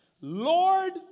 Lord